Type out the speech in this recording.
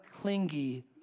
clingy